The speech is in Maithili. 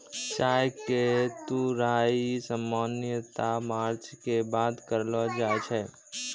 चाय के तुड़ाई सामान्यतया मार्च के बाद करलो जाय छै